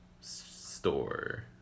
Store